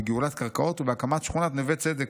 בגאולת קרקעות ובהקמת שכונת נווה צדק.